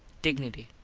dignity.